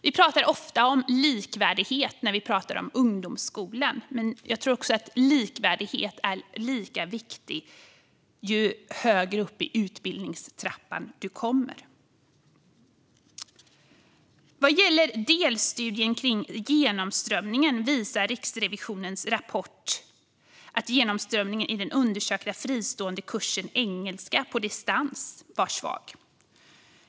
Vi pratar ofta om likvärdighet när det gäller ungdomsskolan, men jag tror att likvärdigheten är lika viktig högre upp i utbildningstrappan. Vad gäller delstudien om genomströmningen visar Riksrevisionens rapport att genomströmningen för den undersökta fristående kursen engelska på distans var svag.